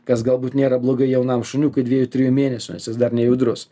kas galbūt nėra blogai jaunam šuniukui dviejų trijų mėnesių nes jis dar nejudrus